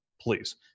please